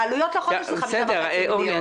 העלויות לחודש הן 5.5 מיליון שקל.